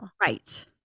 Right